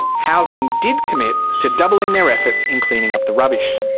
housing did commit to doubling their efforts in cleaning up the rubbish.